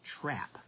trap